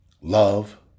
Love